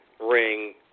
ring